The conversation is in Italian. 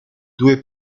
due